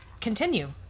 continue